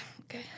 okay